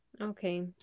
Okay